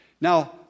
Now